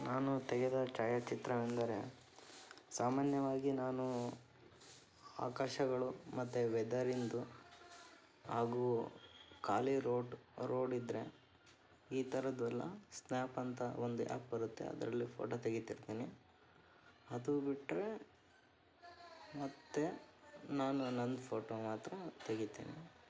ನಾನು ತೆಗೆದ ಛಾಯಾಚಿತ್ರವೆಂದರೆ ಸಾಮಾನ್ಯವಾಗಿ ನಾನು ಆಕಾಶಗಳು ಮತ್ತೆ ವೆದರಿಂದು ಹಾಗು ಖಾಲಿ ರೋಡ್ ರೋಡಿದ್ರೆ ಈ ಥರದ್ದು ಎಲ್ಲ ಸ್ನ್ಯಾಪ್ ಅಂತ ಒಂದು ಆ್ಯಪ್ ಬರುತ್ತೆ ಅದರಲ್ಲಿ ಫೋಟೋ ತೆಗಿತಿರ್ತೀನಿ ಅದು ಬಿಟ್ರೆ ಮತ್ತೆ ನಾನು ನನ್ನ ಫೋಟೋ ಮಾತ್ರ ತೆಗಿತೀನಿ